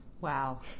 Wow